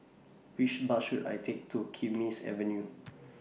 Which Bus should I Take to Kismis Avenue